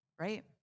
right